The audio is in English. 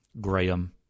Graham